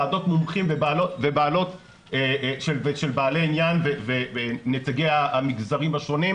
ועדות מומחים של בעלי עניין ונציגי המגזרים השונים.